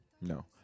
no